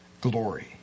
glory